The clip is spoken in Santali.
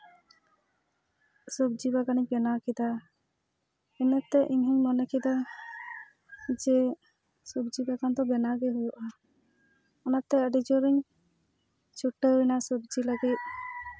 ᱥᱚᱵᱡᱤ ᱵᱟᱜᱟᱱᱤ ᱵᱮᱱᱟᱣ ᱠᱮᱫᱟ ᱤᱱᱟᱹᱛᱮ ᱤᱧᱦᱚᱧ ᱢᱚᱱᱮ ᱠᱮᱫᱟ ᱡᱮ ᱥᱚᱵᱡᱤ ᱵᱟᱜᱟᱱ ᱫᱚ ᱵᱮᱱᱟᱣ ᱜᱮ ᱦᱩᱭᱩᱜᱼᱟ ᱚᱱᱟᱛᱮ ᱟᱹᱰᱤ ᱡᱳᱨᱤᱧ ᱪᱷᱩᱴᱟᱹᱣᱮᱱᱟ ᱥᱚᱵᱡᱤ ᱞᱟᱹᱜᱤᱫ